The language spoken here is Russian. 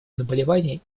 заболеваний